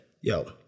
yo